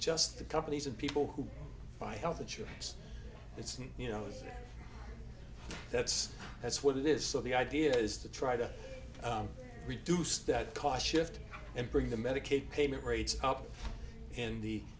just the companies and people who buy health insurance it's an you know that's that's what it is so the idea is to try to reduce that cost shifting and bring the medicaid payment rates up